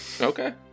Okay